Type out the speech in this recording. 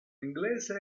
inglese